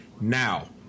now